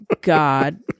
God